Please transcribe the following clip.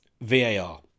VAR